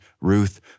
Ruth